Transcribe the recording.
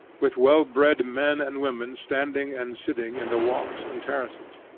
with well-bred men and women standing and sitting in the walks and terraces.